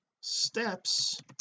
steps